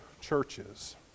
churches